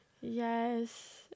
Yes